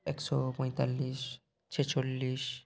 একশো পঁয়তাল্লিশ ছেচল্লিশ